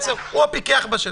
הוא בעצם הפיקח בשטח.